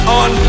on